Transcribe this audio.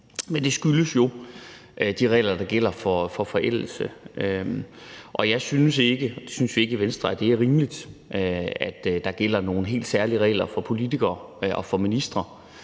Men det skyldes jo de regler, der gælder for forældelse. Jeg synes ikke og vi i Venstre synes ikke, det er rimeligt, at der gælder nogle helt særlige regler for politikere og for ministre.